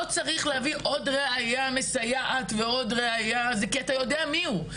צריך להביא עוד ראייה מסייעת ועוד ראייה כי אתה ידוע מי הוא,